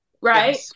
Right